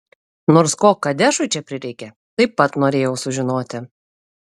nors ko kadešui čia prireikė taip pat norėjau sužinoti